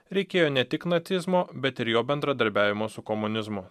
reikėjo ne tik nacizmo bet ir jo bendradarbiavimo su komunizmu